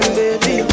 baby